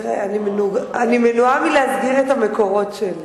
תראה, אני מנועה מלהסגיר את המקורות שלי.